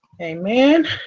Amen